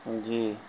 جی